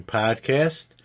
podcast